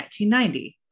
1990